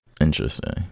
Interesting